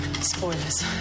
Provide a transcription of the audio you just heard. Spoilers